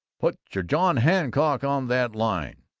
put your john hancock on that line,